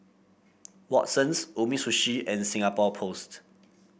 Watsons Umisushi and Singapore Post